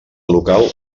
local